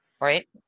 right